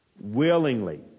willingly